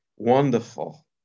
Wonderful